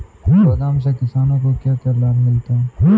गोदाम से किसानों को क्या क्या लाभ मिलता है?